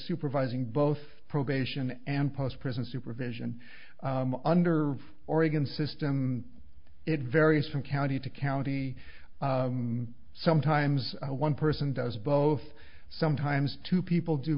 supervising both probation and post prison supervision under oregon system it varies from county to county sometimes one person does both sometimes two people do